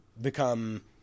become